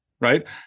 right